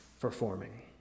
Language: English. performing